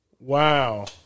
Wow